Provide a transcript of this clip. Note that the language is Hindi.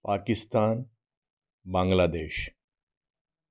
पाकिस्तान बांग्लादेश